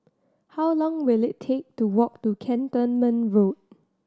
how long will it take to walk to Cantonment Road